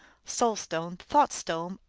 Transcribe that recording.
soul-stone, thought-stone,